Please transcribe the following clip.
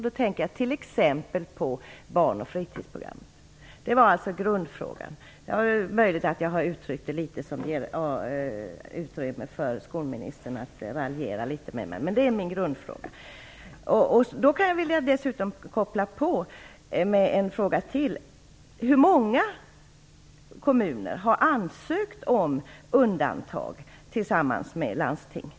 Jag tänker t.ex. på barn och fritidsprogrammet. Det var alltså grundfrågan. Det är möjligt att jag har uttryckt det så att det ger utrymme för skolministern att raljera litet med mig. Då vill jag ställa ytterligare en fråga: Hur många kommuner har ansökt om undantag tillsammans med landsting?